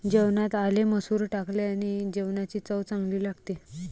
जेवणात आले मसूर टाकल्याने जेवणाची चव चांगली लागते